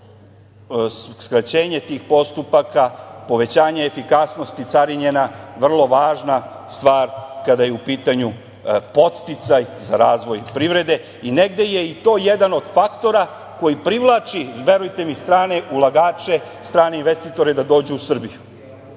skraćenje tih postupaka, povećanje efikasnosti carinjenja vrlo važna stvar kada je u pitanju podsticaj za razvoj privrede i negde je i to jedan od faktora koji privlači, verujte mi, strane ulagače, strane investitore da dođu u Srbiju.